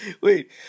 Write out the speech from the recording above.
wait